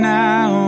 now